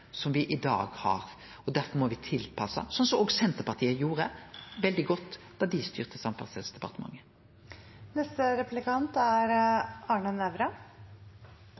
som me i dag har. Derfor må me tilpasse, slik òg Senterpartiet gjorde – veldig godt – da dei styrte